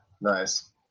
nice